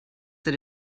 that